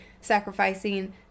sacrificing